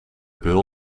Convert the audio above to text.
beul